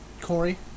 Corey